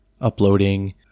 uploading